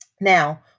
Now